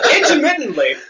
Intermittently